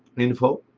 info.